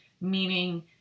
meaning